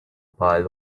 pile